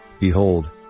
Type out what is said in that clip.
Behold